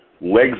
legs